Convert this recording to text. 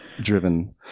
driven –